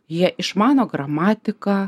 jie išmano gramatiką